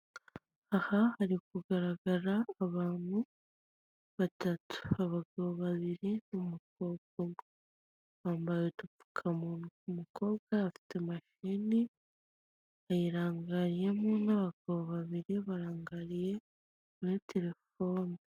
Aha hari kugaragara abantu batatu, abagabo babiri n'umukobwa umwe, bambaye udupfukamunwa. Umukobwa afite mashini ayirangariyemo n'abagabo babiri barangariye muri telefone.